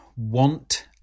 want